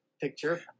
picture